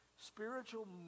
Spiritual